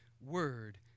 word